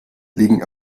liegen